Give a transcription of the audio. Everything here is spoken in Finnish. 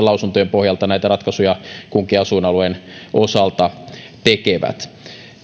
lausuntojen pohjalta näitä ratkaisuja kunkin asuinalueen osalta tekevät